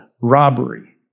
robbery